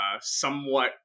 somewhat